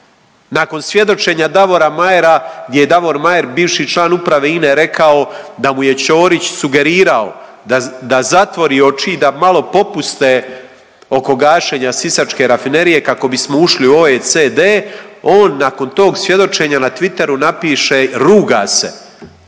Nakon svjedočenja Davora Mayera gdje je Davor Mayer bivši član uprave INA-e rekao da mu je Ćorić sugerirao da zatvori oči i da malo popuste oko gašenja Sisačke rafinerije kako bismo ušli u OECD, on nakon tog svjedočenja na Twitteru napiše, ruga se